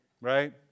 Right